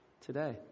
today